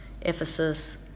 ephesus